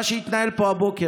מה שהתנהל פה הבוקר.